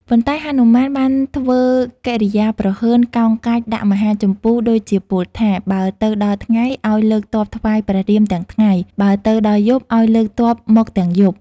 ប៉ុន្តែហនុមានបានធ្វើកិរិយាព្រហើន កោងកាចដាក់មហាជម្ពូដូចជាពោលថា បើទៅដល់ថ្ងៃ ឱ្យលើកទ័ពថ្វាយព្រះរាមទាំងថ្ងៃ បើទៅដល់យប់អោយលើកទ័ពមកទាំងយប់។